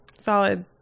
solid